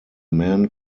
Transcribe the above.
man